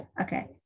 Okay